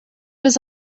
was